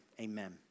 amen